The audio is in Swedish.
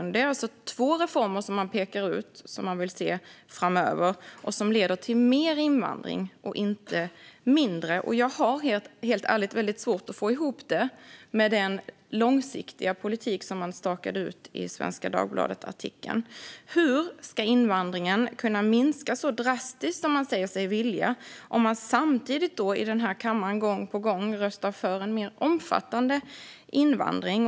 Det är alltså två reformer som man pekar ut och vill se framöver och som leder till mer invandring, inte mindre. Jag har helt ärligt svårt att få ihop detta med den långsiktiga politik som stakades ut i artikeln i Svenska Dagbladet. Hur ska invandringen kunna minska så drastiskt som man säger sig vilja om man samtidigt i denna kammare gång på gång röstar för en mer omfattande invandring?